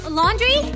laundry